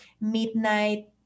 midnight